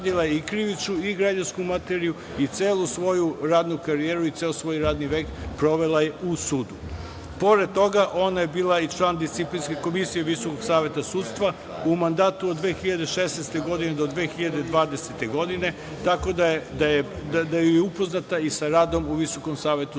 i krivičnu i građansku materiju i celu svoju radnu karijeru i ceo svoj radni vek, provela je u sudu. Pored toga, ona je bila i član disciplinske komisije VSS, u mandatu od 2016. godine do 2020. godine, tako da je upoznata i sa radom u VSS. Inače je